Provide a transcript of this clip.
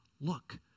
Look